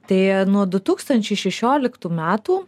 tai nuo du tūkstančiai šešioliktų metų